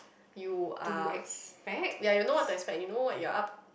you are ya you know what to expect you know what you are up